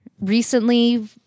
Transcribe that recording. Recently